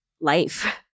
life